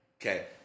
Okay